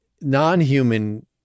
non-human